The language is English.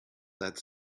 that